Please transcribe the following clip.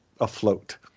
afloat